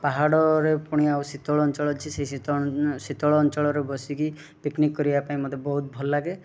ପାହାଡ଼ରେ ପୁଣି ଆଉ ଶୀତଳ ଅଞ୍ଚଳ ଅଛି ଶୀତଳ ଅଞ୍ଚଳରେ ବସିକି ପିକନିକ୍ କରିବା ପାଇଁ ମୋତେ ବହୁତ ଭଲ ଲାଗେ